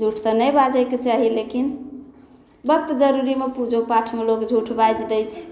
झूठ तऽ नहि बाजैके चाही लेकिन वक्त जरूरीमे पूजो पाठमे लोक झूठ बाजि दै छै